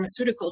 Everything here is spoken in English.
pharmaceuticals